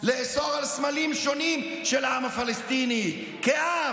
לאסור סמלים שונים של העם הפלסטיני כעם,